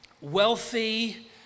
wealthy